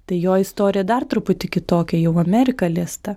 tai jo istorija dar truputį kitokia jau amerika liesta